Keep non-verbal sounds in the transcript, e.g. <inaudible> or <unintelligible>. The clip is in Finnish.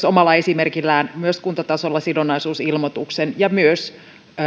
<unintelligible> omalla esimerkilläni ja tehnyt myös kuntatasolla sidonnaisuusilmoituksen ja myös